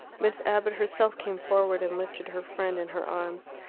miss abbott herself came forward and lifted her friend in her arms.